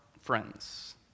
friends